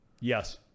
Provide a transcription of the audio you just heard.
Yes